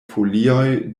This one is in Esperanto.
folioj